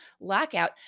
lockout